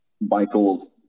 Michael's